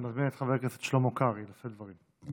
אני מזמין את חבר הכנסת שלמה קרעי לשאת דברים.